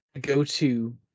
go-to